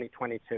2022